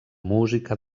música